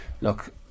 look